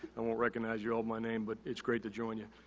i won't recognize you all by name, but it's great to join you.